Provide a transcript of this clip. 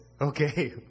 okay